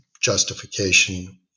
justification